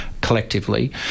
collectively